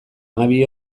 hamabi